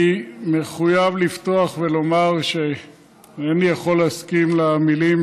אני מחויב לפתוח ולומר שאינני יכול להסכים למילים